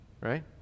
right